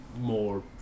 more